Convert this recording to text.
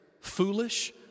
foolish